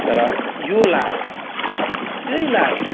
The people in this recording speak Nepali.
तर यो लाज त्यही लाज